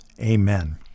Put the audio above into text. Amen